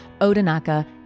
Odinaka